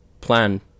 plan